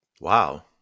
Wow